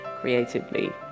creatively